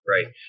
Right